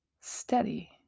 steady